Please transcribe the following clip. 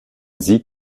sieg